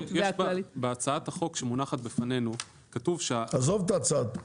בהצעת החוק שמונחת בפנינו כתוב --- זוב את הצעת החוק.